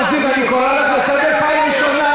מיכל רוזין, אני קורא אותך לסדר פעם ראשונה.